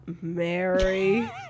Mary